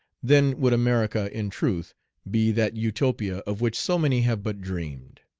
then would america in truth be that utopia of which so many have but dreamed.